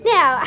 Now